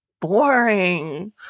boring